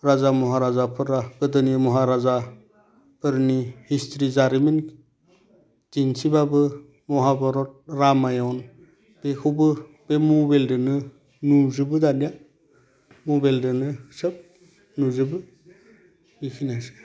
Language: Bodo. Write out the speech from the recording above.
राजा महाराजाफोरा गोदोनि महाराजाफोरनि हिस्त्रि जारिमिन दिन्थिबाबो महाभारत रामायण बेखौबो बे मबेलजोंनो नुजोबो दानिया मबेलजोंनो सोब नुजोबो बेखिनियासै